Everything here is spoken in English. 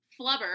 Flubber